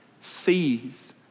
sees